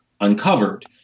uncovered